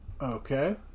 Okay